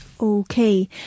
Okay